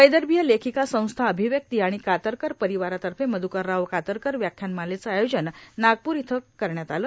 वैदर्भीय लेखिका संस्था अभिव्यक्ती आणि कातरकर परिवारतर्फे मध्रकरराव कातरकर व्याख्यानमालेचं आयोजन नागपूर इथं करण्यात आलं